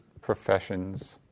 professions